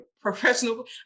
professional